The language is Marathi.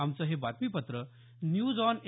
आमचं हे बातमीपत्र न्यूज ऑन ए